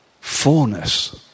fullness